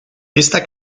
esta